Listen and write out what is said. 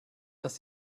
dass